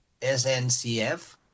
SNCF